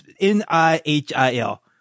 N-I-H-I-L